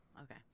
okay